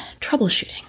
troubleshooting